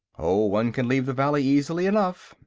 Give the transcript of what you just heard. oh, one can leave the valley easily enough,